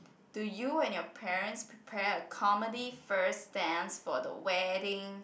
do you and your parents prepare a comedy first dance for the wedding